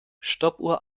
stoppuhr